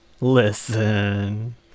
Listen